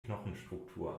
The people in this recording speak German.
knochenstruktur